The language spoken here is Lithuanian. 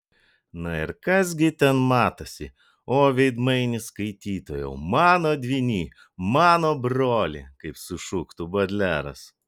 na ir kas gi ten matosi o veidmainy skaitytojau mano dvyny mano broli kaip sušuktų bodleras